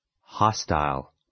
hostile